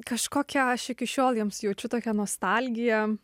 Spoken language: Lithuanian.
kažkokią aš iki šiol jiems jaučiu tokią nostalgiją